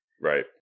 Right